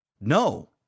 No